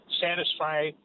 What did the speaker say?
satisfy